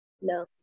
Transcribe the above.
No